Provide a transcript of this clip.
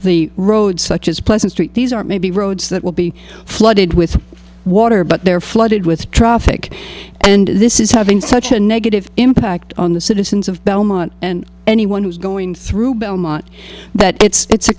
the road such as pleasant street these are maybe roads that will be flooded with water but they're flooded with traffic and this is having such a negative impact on the citizens of belmont and anyone who's going through belmont that it's